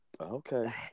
okay